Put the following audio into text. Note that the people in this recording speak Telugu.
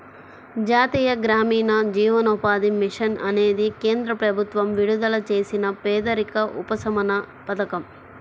జాతీయ గ్రామీణ జీవనోపాధి మిషన్ అనేది కేంద్ర ప్రభుత్వం విడుదల చేసిన పేదరిక ఉపశమన పథకం